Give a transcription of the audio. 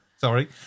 Sorry